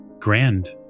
grand